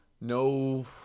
no